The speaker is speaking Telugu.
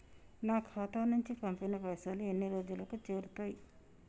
నా ఖాతా నుంచి పంపిన పైసలు ఎన్ని రోజులకు చేరుతయ్?